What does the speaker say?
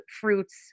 fruits